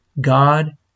God